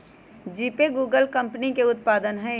GPay Google company के उत्पाद हइ